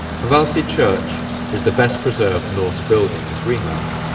hvalsey church is the best preserved norse building in greenland,